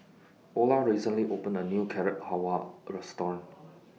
Olar recently opened A New Carrot Halwa Restaurant